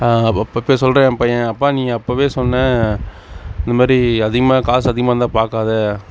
இப்போ சொல்கிறான் என் பையன் அப்பா நீங்கள் அப்போவே சொன்ன இதுமாரி அதிகமாக காசு அதிகமாருந்தா பார்க்காத